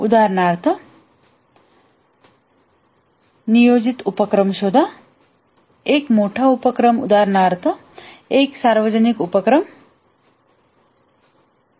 उदाहरणार्थ नियोजित उपक्रम शोधा एक मोठा उपक्रम उदाहरणार्थ एक सार्वजनिक उपक्रम आणि इतर